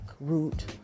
root